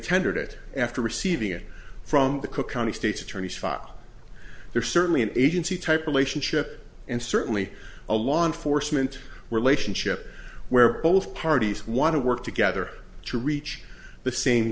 tendered it after receiving it from the cook county state's attorney's file there's certainly an agency type relationship and certainly a law enforcement relationship where both parties want to work together to reach the same